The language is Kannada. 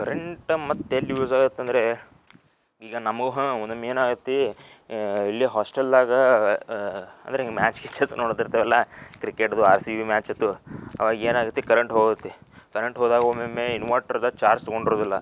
ಕರೆಂಟ್ ಮತ್ತು ಎಲ್ಲಿ ಯೂಸ್ ಆಗುತ್ತೆ ಅಂದರೆ ಈಗ ನಮಗೆ ಹಾಂ ಒಮ್ಮೊಮ್ಮೆ ಏನಾಗುತ್ತೆ ಇಲ್ಲಿ ಹಾಸ್ಟೆಲ್ದಾಗ ಅಂದ್ರೆ ಹಿಂಗೆ ಮ್ಯಾಚ್ ಗೀಚ್ ಏನು ನೊಡ್ತಿರ್ತೀವಲ್ಲ ಕ್ರಿಕೆಟ್ದು ಆರ್ ಸಿ ಬಿ ಮ್ಯಾಚ್ ಇದು ಆವಾಗ ಏನಾಗುತ್ತೆ ಕರೆಂಟ್ ಹೋಗುತ್ತೆ ಕರೆಂಟ್ ಹೋದಾಗ ಒಮ್ಮೊಮ್ಮೆ ಇನ್ವರ್ಟರ್ದು ಚಾರ್ಜ್ ತಗೊಂಡಿರುವುದಿಲ್ಲ